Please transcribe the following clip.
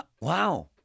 Wow